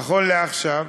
נכון לעכשיו,